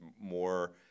more